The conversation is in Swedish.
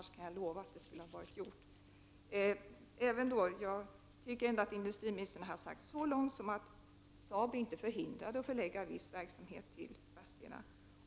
Så här långt uppfattar jag industriministern på det sättet att man på Saab inte är förhindrad att förlägga viss verksamhet till Vadstena.